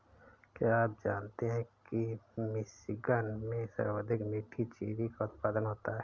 क्या आप जानते हैं कि मिशिगन में सर्वाधिक मीठी चेरी का उत्पादन होता है?